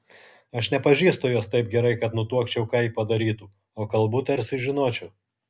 aš nepažįstu jos taip gerai kad nutuokčiau ką ji padarytų o kalbu tarsi žinočiau